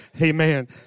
Amen